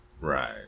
Right